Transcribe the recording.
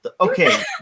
Okay